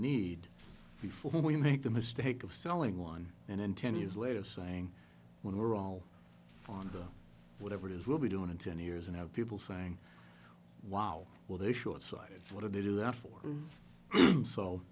need before we make the mistake of selling one and then ten years later saying when we're all gone whatever it is we'll be doing in ten years and have people saying wow well they shortsighted what did they do that for